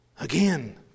again